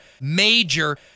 major